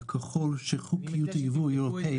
וככל שחוקיות היבוא האירופאית,